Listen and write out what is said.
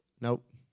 Nope